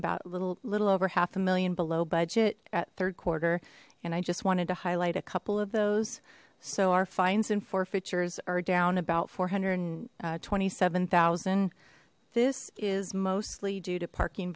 about a little little over half a million below budget at third quarter and i just wanted to highlight a couple of those so our fines and forfeitures are down about four hundred and twenty seven thousand this is mostly due to parking